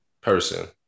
person